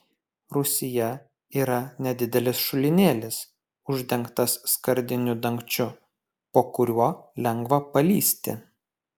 rūsyje yra nedidelis šulinėlis uždengtas skardiniu dangčiu po kuriuo lengva palįsti